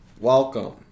welcome